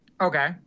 Okay